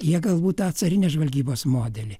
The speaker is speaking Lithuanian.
jie galbūt tą carinės žvalgybos modelį